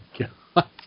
god